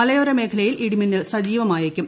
മലയോര മേഖലയിൽ ഇടിമിന്നൽ സജീവമായേക്കും